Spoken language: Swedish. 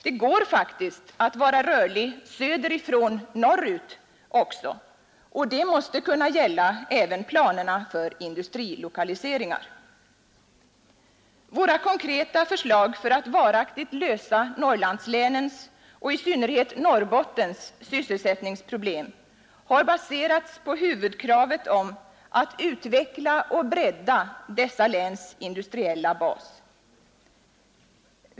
Det går faktiskt att vara rörlig söder ifrån norr ut också, och det måste kunna gälla även planerna för industrilokaliseringar. Våra konkreta förslag för att varaktigt lösa Norrlandslänens och i synnerhet Norrbottens sysselsättningsproblem har baserats på huvudkravet att utveckla och bredda dessa läns industriella bas.